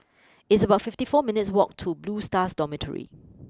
it's about fifty four minutes' walk to Blue Stars Dormitory